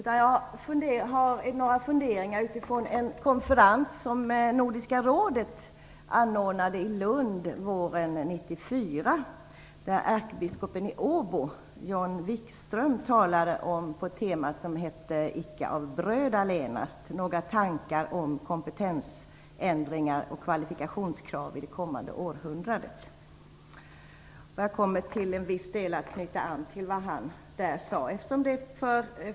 Jag har i stället några funderingar utifrån en konferens som Nordiska rådet anordnade i Lund våren 1994, där ärkebiskopen i Åbo, John Vikström, talade på temat Icke av bröd allenast - några tankar om kompetensändringar och kvalifikationskrav i det kommande århundradet. Jag kommer till viss del att knyta an till det han sade.